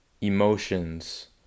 Emotions